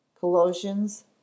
Colossians